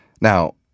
Now